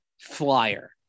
flyer